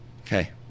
Okay